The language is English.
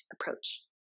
approach